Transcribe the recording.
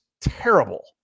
terrible